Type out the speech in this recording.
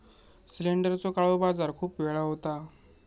सिलेंडरचो काळो बाजार खूप वेळा होता